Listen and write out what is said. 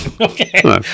Okay